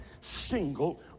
single